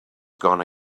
gonna